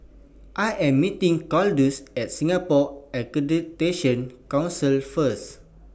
I Am meeting Claudius At Singapore Accreditation Council First